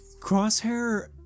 Crosshair